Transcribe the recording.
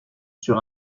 sur